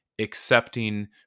accepting